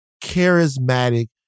charismatic